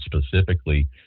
specifically